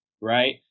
right